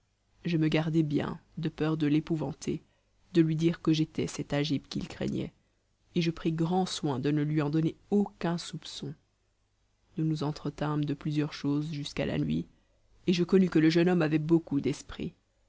je me gardai bien de peur de l'épouvanter de lui dire que j'étais cet agib qu'il craignait et je pris grand soin de ne lui en donner aucun soupçon nous nous entretînmes de plusieurs choses jusqu'à la nuit et je connus que le jeune homme avait beaucoup d'esprit